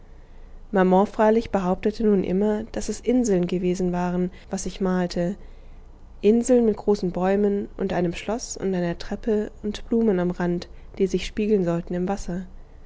maman freilich behauptet nun immer daß es inseln gewesen waren was ich malte inseln mit großen bäumen und einem schloß und einer treppe und blumen am rand die sich spiegeln sollten im wasser